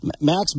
Max